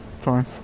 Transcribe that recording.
fine